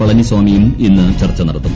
പളനിസ്വാമിയും ഇന്ന് ചർച്ച നടത്തും